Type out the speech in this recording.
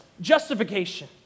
justification